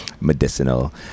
medicinal